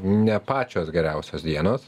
ne pačios geriausios dienos